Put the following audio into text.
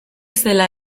zela